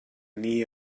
knee